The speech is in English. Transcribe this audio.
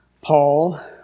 Paul